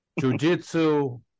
jujitsu